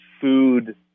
food